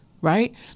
right